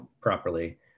properly